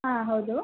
ಹಾಂ ಹೌದು